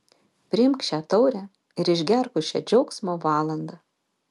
priimk šią taurę ir išgerk už šią džiaugsmo valandą